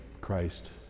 Christ